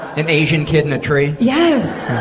an asian kid in a tree? yes.